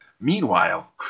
Meanwhile